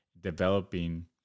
developing